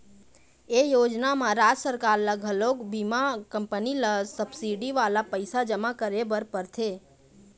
ए योजना म राज सरकार ल घलोक बीमा कंपनी ल सब्सिडी वाला पइसा जमा करे बर परथे